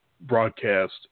broadcast